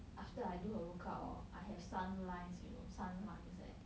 after I do the workout hor I have 三 lines you know 三 lines leh